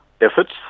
efforts